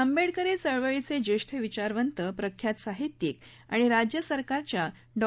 आंबेडकरी चळवळीतले ज्येष्ठ विचारवंत प्रख्यात साहित्यिक आणि राज्य सरकारच्या डॉ